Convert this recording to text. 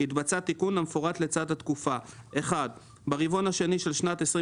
התבצע התיקון המפורט לצד התקופה: ברבעון השני של שנת 2023